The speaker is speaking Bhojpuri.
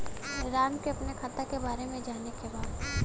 राम के अपने खाता के बारे मे जाने के बा?